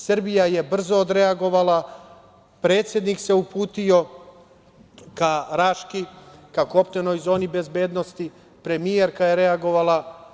Srbija je brzo odreagovala, predsednik se uputio ka Raški, ka kopnenoj zoni bezbednosti, premijerka je reagovala.